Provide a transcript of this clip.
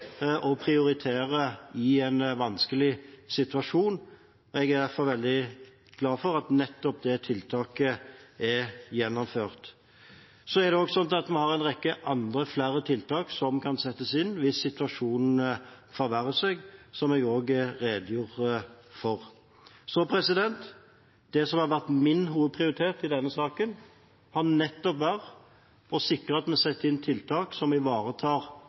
og prioritere i en vanskelig situasjon. Jeg er derfor veldig glad for at nettopp det tiltaket er gjennomført. Det er også sånn at vi har en rekke andre tiltak som kan settes inn hvis situasjonen forverrer seg, som jeg også redegjorde for. Det som har vært min hovedprioritet i saken, har nettopp vært å sikre at vi setter inn tiltak som ivaretar